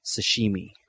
sashimi